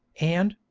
and,